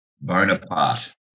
Bonaparte